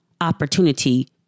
opportunity